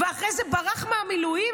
ואחרי זה ברח מהמילואים.